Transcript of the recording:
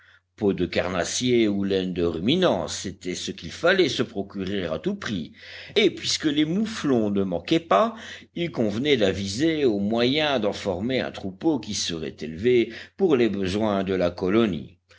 peaux de carnassiers ou laine de ruminants c'était ce qu'il fallait se procurer à tout prix et puisque les mouflons ne manquaient pas il convenait d'aviser aux moyens d'en former un troupeau qui serait élevé pour les besoins de la colonie